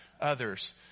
others